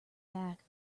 back